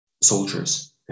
soldiers